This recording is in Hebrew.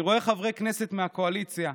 אני רואה חברי כנסת מהקואליציה,